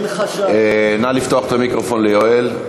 נא לפתוח את המיקרופון ליואל.